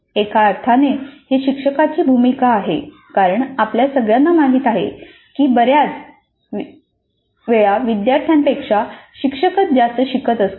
एका अर्थाने ही शिक्षकाची भूमिका आहे कारण आपल्या सगळ्यांना माहीत आहे की बऱ्याच वेळा विद्यार्थ्यांपेक्षा शिक्षकच जास्त शिकत असतो